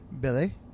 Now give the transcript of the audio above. Billy